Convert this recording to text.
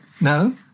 No